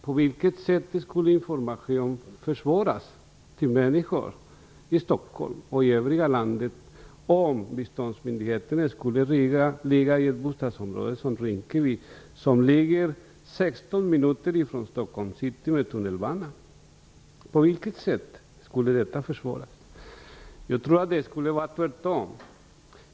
På vilket sätt skulle informationen till människor i Stockholm och övriga landet försvåras om biståndsmyndigheten skulle ligga i ett bostadsområde som Rinkeby? Rinkeby ligger 16 minuter från Stockholms city med tunnelbanan. På vilket sätt skulle detta försvåras? Jag tror att det skulle vara tvärtom.